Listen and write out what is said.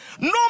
No